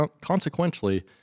consequently